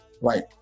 right